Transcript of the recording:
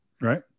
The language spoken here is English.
Right